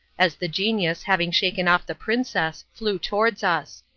as the genius, having shaken off the princess, flew towards us.